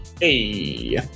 hey